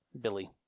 Billy